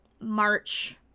March